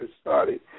started